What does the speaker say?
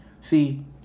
See